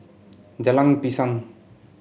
Jalan Pisang